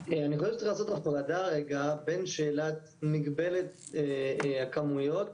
לגבי שאלת מגבלת הכמויות,